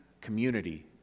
community